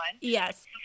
yes